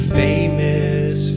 famous